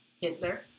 Hitler